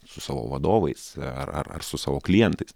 su savo vadovais ar ar su savo klientais